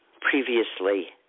previously